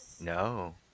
No